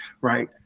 right